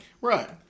Right